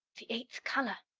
the eighth color!